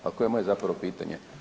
Pa koje je moje zapravo pitanje.